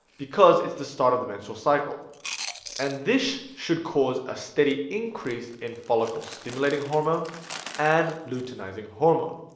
because it's the start of the menstrual cycle and this should cause a steady increase in follicles stimulating hormone and luteinizing hormone